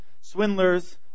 swindlers